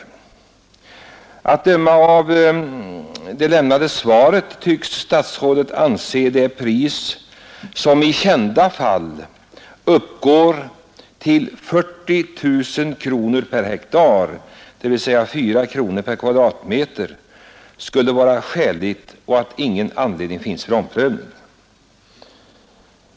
Att döma av det lämnade svaret tycks statsrådet anse att ett pris, som i kända fall uppgår till 40 000 kronor per hektar, dvs. 4 kronor per kvadratmeter, skulle vara skäligt och att ingen anledning finns för omprövning.